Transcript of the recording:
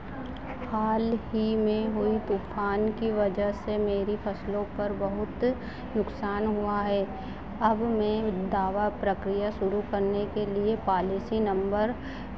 हाल ही में हुई तूफ़ान की वजह से मेरी फ़सलों पर बहुत नुकसान हुआ है अब मैं दावा प्रक्रिया शुरू करने के लिए पालिसी नंबर